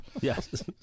yes